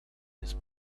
his